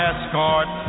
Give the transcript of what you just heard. Escort